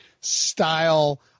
style